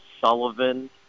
Sullivan